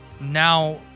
Now